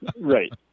right